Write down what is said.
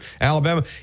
Alabama